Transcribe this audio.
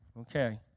Okay